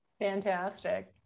fantastic